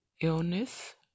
Illness